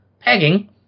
pegging